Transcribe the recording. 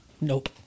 Nope